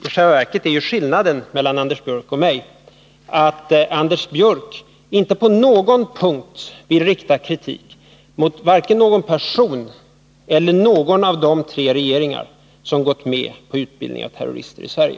I själva verket är skillnaden mellan Anders Björck och mig att Anders Björck inte på någon punkt vill rikta kritik mot vare sig någon person eller någon av de tre regeringar som har gått med på utbildningen av terrorister i Sverige.